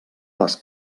les